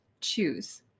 choose